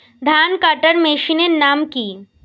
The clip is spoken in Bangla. ধান কাটার মেশিনের নাম কি?